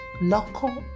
local